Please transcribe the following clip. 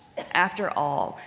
after all,